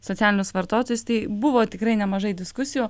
socialinius vartotojus tai buvo tikrai nemažai diskusijų